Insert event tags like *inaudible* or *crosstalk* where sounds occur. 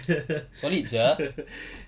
*laughs*